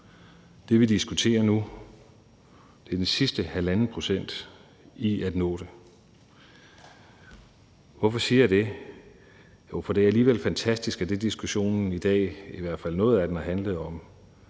Det, vi diskuterer nu, er de sidste 1,5 pct. i at nå det. Hvorfor siger jeg det? Jo, for det er alligevel fantastisk, at det, diskussionen i dag – i hvert fald noget af den – har handlet om,